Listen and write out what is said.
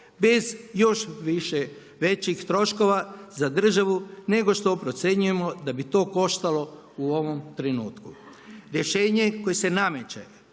bez još više većih troškova za državu, nego što procjenjujemo da bi to koštalo u ovom trenutku.